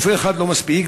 רופא אחד לא מספיק.